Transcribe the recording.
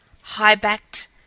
high-backed